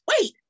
wait